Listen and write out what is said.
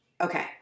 Okay